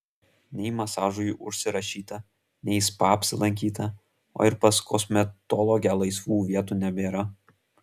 nei masažui užsirašyta nei spa apsilankyta o ir pas kosmetologę laisvų vietų nebėra